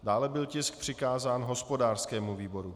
Dále byl tisk přikázán hospodářskému výboru.